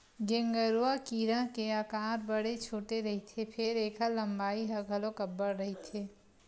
गेंगरूआ कीरा के अकार बड़े छोटे रहिथे फेर ऐखर लंबाई ह घलोक अब्बड़ रहिथे